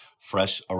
Fresh